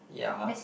yeah